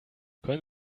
können